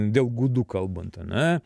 dėl gudų kalbant ane